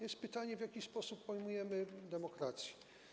Jest pytanie, w jaki sposób pojmujemy demokrację.